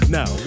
Now